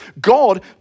God